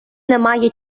немає